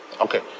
Okay